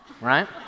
right